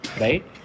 right